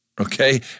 Okay